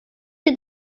you